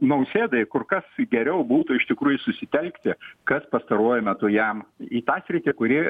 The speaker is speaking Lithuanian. nausėdai kur kas geriau būtų iš tikrųjų susitelkti kas pastaruoju metu jam į tą sritį kuri